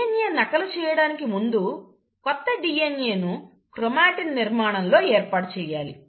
DNA నకలు చేయడానికి ముందు కొత్త DNAను క్రోమాటిన్ నిర్మాణంలో ఏర్పాటు చేయాలి